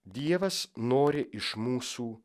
dievas nori iš mūsų